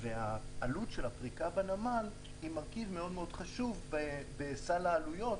העלות של הפריקה בנמל היא מרכיב מאוד מאוד חשוב בסל העלויות